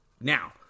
Now